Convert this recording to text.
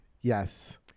yes